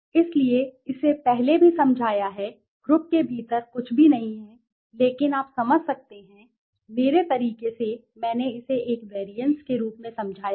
मैंने इसे पहले भी समझाया है ग्रुप के भीतर कुछ भी नहीं है लेकिन आप समझ सकते हैं मेरे तरीके से मैंने इसे एक वैरिएंसेस के रूप में समझाया है